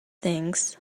things